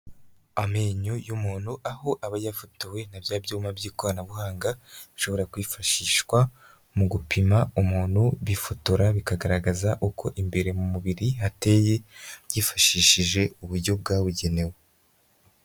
Amenyo y'umuntu, aho aba yafotowe na bya byuma by'ikoranabuhanga, bishobora kwifashishwa mu gupima umuntu, bifotora bikagaragaza uko imbere mu mubiri hateye, byifashishije uburyo bwabugenewe.